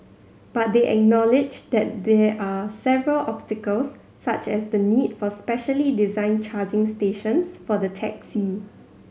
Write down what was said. but they acknowledged that there are several obstacles such as the need for specially designed charging stations for the taxi